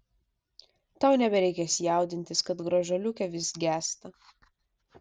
tau nebereikės jaudintis kad gražuoliuke vis gęsta